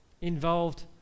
involved